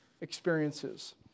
experiences